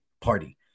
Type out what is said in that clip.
party